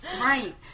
Right